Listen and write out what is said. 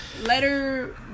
letter